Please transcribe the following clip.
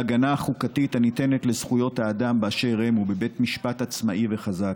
בהגנה החוקתית הניתנת לזכויות האדם באשר הן ובבית משפט עצמאי וחזק.